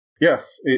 Yes